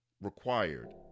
required